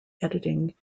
editing